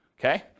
okay